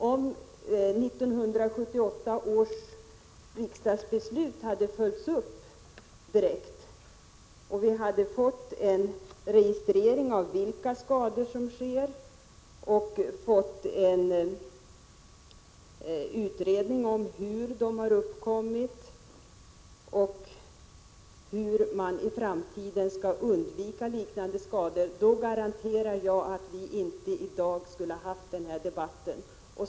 Om 1978 års riksdagsbeslut direkt hade följts upp på skolans område och vi hade fått en registrering av vilka skador som sker och en utredning om hur de har uppkommit och hur man i framtiden skall undvika liknande händelser, garanterar jag att vi inte skulle ha haft den här debatten i dag.